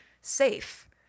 safe